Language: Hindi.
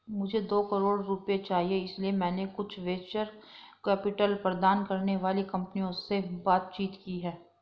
मुझे दो करोड़ रुपए चाहिए इसलिए मैंने कुछ वेंचर कैपिटल प्रदान करने वाली कंपनियों से बातचीत की है